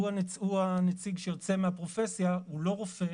הוא הנציג שיוצא מהפרופסיה, הוא לא רופא